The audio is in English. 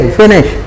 finish